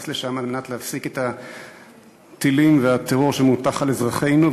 לשם על מנת להפסיק את הטילים והטרור שמוטח על אזרחינו.